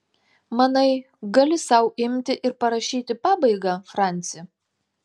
manai gali sau imti ir parašyti pabaigą franci